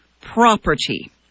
property